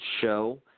show